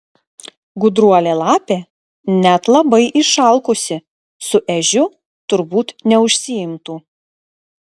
gudruolė lapė net labai išalkusi su ežiu turbūt neužsiimtų